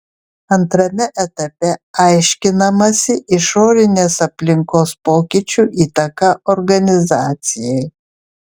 antrame etape aiškinamasi išorinės aplinkos pokyčių įtaka organizacijai